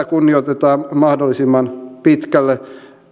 kunnioitetaan mahdollisimman pitkälle